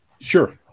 Sure